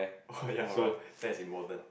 oh ya bruh that is important